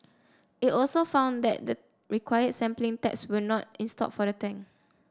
it also found that the required sampling taps were not installed for the tank